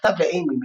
"מכתב לאיימי",